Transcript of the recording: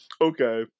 Okay